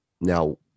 now